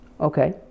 Okay